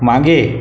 मागे